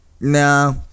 no